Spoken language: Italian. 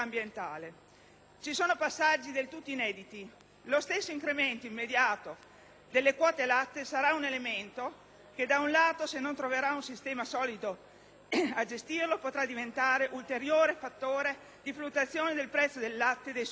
Ci sono passaggi del tutto inediti. Lo stesso incremento immediato delle quote latte sarà un elemento che, da un lato, se non troverà un sistema solido a gestirlo, potrà diventare ulteriore fattore di fluttuazione del prezzo del latte e dei suoi derivati